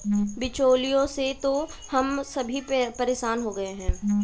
बिचौलियों से तो हम सभी परेशान हो गए हैं